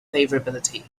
favorability